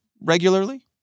regularly